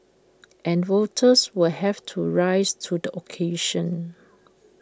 and voters will have to rise to the occasion